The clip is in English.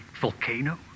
Volcano